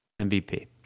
MVP